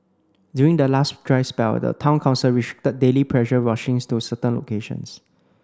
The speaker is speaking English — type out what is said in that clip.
during the last dry spell the Town Council restricted daily pressure washing to certain locations